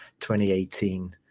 2018